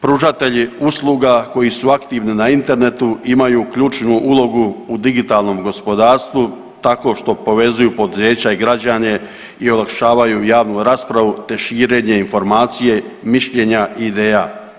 Pružatelji usluga koji su aktivni na internetu imaju ključnu ulogu u digitalnom gospodarstvu tako što povezuju poduzeća i građane i olakšavaju javnu raspravu te širenje informacije mišljenja i ideja.